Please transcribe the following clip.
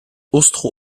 austro